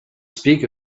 speak